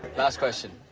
last question,